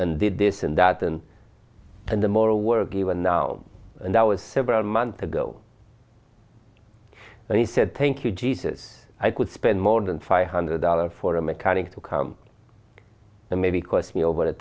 and did this and that and the moral work even now and that was several months ago and he said thank you jesus i could spend more than five hundred dollars for a mechanic to come to maybe cost me over t